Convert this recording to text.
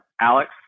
Alex